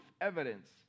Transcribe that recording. evidence